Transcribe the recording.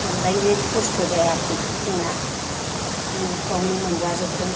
बांद्राय खस्थ' जायाखै जोंना न'फ्रावनो मोनजा जोबदों